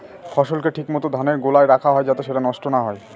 ফসলকে ঠিক মত ধানের গোলায় রাখা হয় যাতে সেটা নষ্ট না হয়